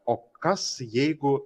o kas jeigu